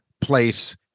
place